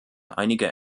einige